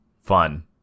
Fun